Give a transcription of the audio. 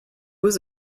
was